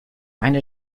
eine